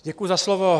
Děkuji za slovo.